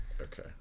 Okay